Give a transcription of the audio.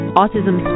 Autism